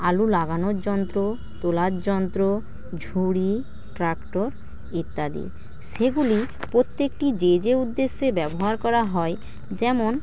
আলু লাগানোর যন্ত্র তোলার যন্ত্র ঝুড়ি ট্রাক্টর ইত্যাদি সেগুলি প্রত্যেকটি যে যে উদ্দেশ্যে ব্যবহার করা হয় যেমন